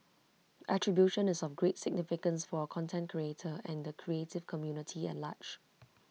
attribution is of great significance for A content creator and the creative community at large